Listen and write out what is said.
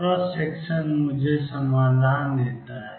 cross section मुझे समाधान देता है